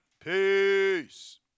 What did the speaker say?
Peace